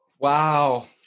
Wow